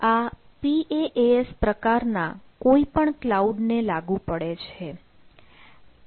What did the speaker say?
આ PaaS પ્રકારના કોઈપણ ક્લાઉડ ને લાગુ પડે છે